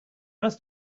must